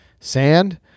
sand